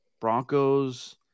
Broncos